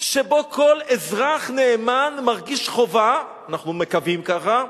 שבו כל אזרח נאמן מרגיש חובה, אנחנו מקווים כך,